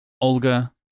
Olga